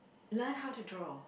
learn how to draw